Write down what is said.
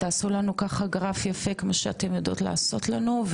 תעשו לנו ככה גרף יפה כמו שאתן יודעות לעשות לנו,